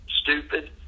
stupid